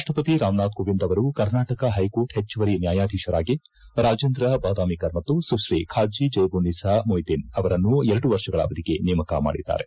ರಾಷ್ಷಪತಿ ರಾಮನಾಥ್ ಕೋವಿಂದ್ ಅವರು ಕರ್ನಾಟಕ ಹೈಕೋರ್ಟ್ ಹೆಚ್ಚುವರಿ ನ್ಯಾಯಾಧೀಶರಾಗಿ ರಾಜೇಂದ್ರ ಬಾದಮೀಕರ್ ಮತ್ತು ಸುಶ್ರಿ ಖಾಜಿ ಜಯಬುನ್ನಿಸಾ ಮೊಯಿದ್ದೀನ್ ಅವರನ್ನು ಎರಡು ವರ್ಷಗಳ ಅವಧಿಗೆ ನೇಮಕ ಮಾಡಿದ್ದಾರೆ